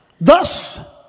Thus